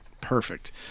Perfect